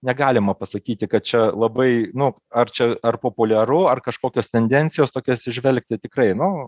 negalima pasakyti kad čia labai nu ar čia ar populiaru ar kažkokias tendencijos tokias įžvelgti tikrai nu